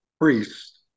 priests